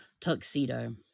tuxedo